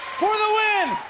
for the win!